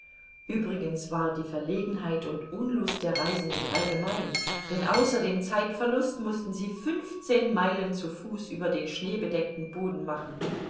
uebrigens war die verlegenheit und unlust der reisenden allgemein denn außer dem zeitverlust mußten sie fünfzehn meilen zu fuß über den schneebedeckten boden